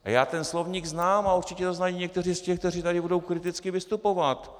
A já ten slovník znám a určitě ho znají někteří z těch, kteří tady budou kriticky vystupovat.